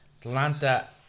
Atlanta